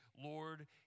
Lord